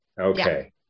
Okay